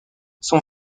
son